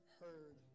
heard